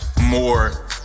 more